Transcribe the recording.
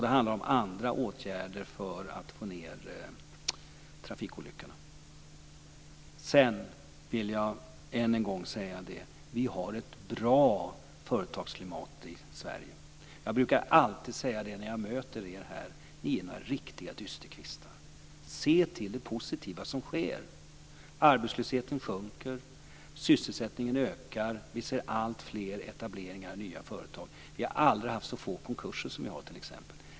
Det handlar också om andra åtgärder för att få ned antalet trafikolyckor. Sedan vill jag än en gång säga att vi har ett bra företagsklimat i Sverige. När jag möter er här brukar jag alltid säga att ni är ena riktiga dysterkvistar. Se till det positiva som sker! Arbetslösheten sjunker, sysselsättningen ökar och vi ser alltfler etableringar av nya företag. Vi har aldrig haft så få konkurser som vi har nu t.ex.